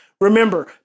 Remember